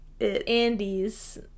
Andy's